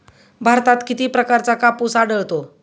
भारतात किती प्रकारचा कापूस आढळतो?